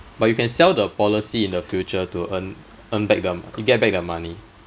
but you can sell the policy in the future to earn earn back the to get back the money